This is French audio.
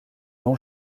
non